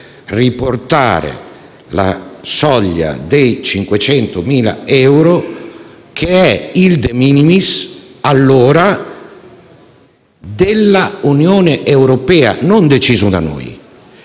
riportare la soglia dei 500.000 euro, che è il *de minimis*, stabilito allora, dell'Unione europea e non deciso da noi.